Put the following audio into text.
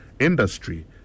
industry